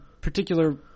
particular